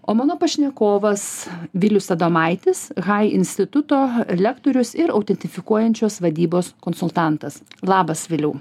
o mano pašnekovas vilius adomaitis hai instituto lektorius ir autentifikuojančios vadybos konsultantas labas viliau